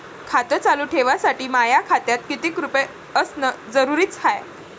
खातं चालू ठेवासाठी माया खात्यात कितीक रुपये असनं जरुरीच हाय?